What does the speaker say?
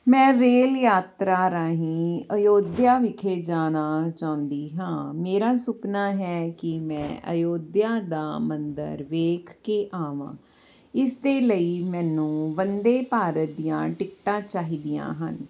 ਮੈਂ ਰੇਲ ਯਾਤਰਾ ਰਾਹੀਂ ਅਯੋਧਿਆ ਵਿਖੇ ਜਾਣਾ ਚਾਹੁੰਦੀ ਹਾਂ ਮੇਰਾ ਸੁਪਨਾ ਹੈ ਕਿ ਮੈਂ ਅਯੋਧਿਆ ਦਾ ਮੰਦਰ ਵੇਖ ਕੇ ਆਵਾਂ ਇਸ ਦੇ ਲਈ ਮੈਨੂੰ ਵੰਦੇ ਭਾਰਤ ਦੀਆਂ ਟਿਕਟਾਂ ਚਾਹੀਦੀਆਂ ਹਨ